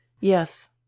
Yes